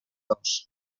dos